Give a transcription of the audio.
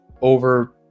over